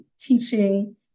teaching